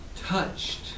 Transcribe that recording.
touched